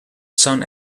sun